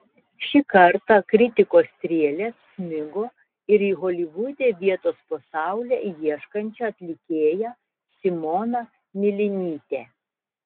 šį kartą kritikos strėlės smigo ir į holivude vietos po saule ieškančią atlikėją simoną milinytę